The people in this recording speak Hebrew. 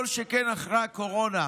כל שכן אחרי הקורונה.